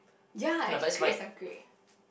ya actually crepes are great